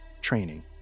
training